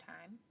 time